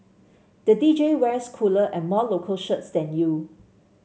the D J wears cooler and more local shirts than you